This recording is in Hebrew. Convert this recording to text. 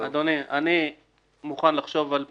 אדוני, אני מוכן לחשוב על פתרון,